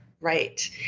right